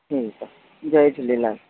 ठीकु आहे जय झूलेलाल